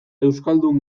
euskaldun